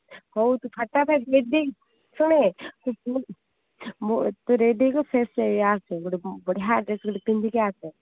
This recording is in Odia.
ହଉ ତୁ ଫଟାଫଟ୍ ରେଡି ହୋଇକି ଶୁଣ ବେ ତୁ ମୋ ତୁ ରେଡି ହୋଇକି ଫ୍ରେସ୍ ହୋଇ ଆସେ ଗୋଟେ ବଢ଼ିଆ ଡ୍ରେସ୍ ଗୋଟେ ପିନ୍ଧିକି ଆସେ